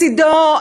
מצדו,